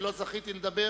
ולא זכיתי לדבר